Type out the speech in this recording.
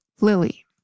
Lily